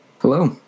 hello